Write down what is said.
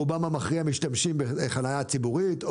רובם המכריע משתמשים בחנייה ציבורית,